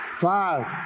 Five